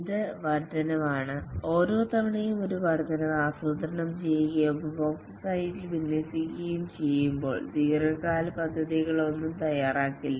ഇത് വർദ്ധനവാണ് ഓരോ തവണയും ഒരു വർദ്ധനവ് ആസൂത്രണം ചെയ്യുകയും ഉപഭോക്തൃ സൈറ്റിൽ വിന്യസിക്കുകയും ചെയ്യുമ്പോൾ ദീർഘകാല പദ്ധതികളൊന്നും തയ്യാറാക്കില്ല